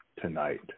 tonight